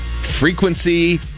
Frequency